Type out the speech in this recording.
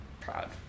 proud